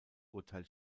urteil